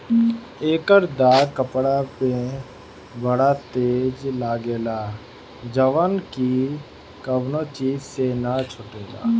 एकर दाग कपड़ा में बड़ा तेज लागेला जउन की कवनो चीज से ना छुटेला